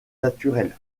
naturels